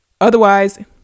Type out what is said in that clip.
Otherwise